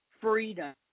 freedom